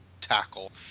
tackle